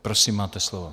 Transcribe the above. Prosím, máte slovo.